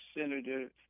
Senator